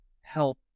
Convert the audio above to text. help